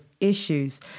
issues